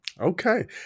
Okay